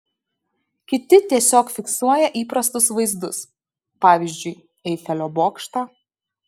kiti tiesiog fiksuoja įprastus vaizdus pavyzdžiui eifelio bokštą